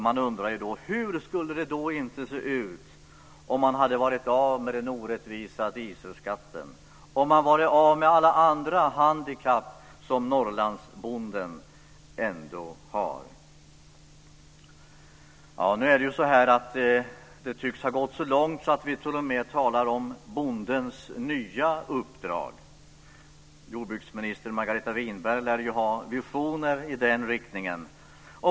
Man undrar: Hur skulle det då inte se ut om man hade varit av med den orättvisa dieselskatten och om man hade varit av med alla andra handikapp som Norrlandsbonden ändå har? Det tycks ha gått så långt så att vi t.o.m. talar om Winberg lär ju ha visioner i den riktningen.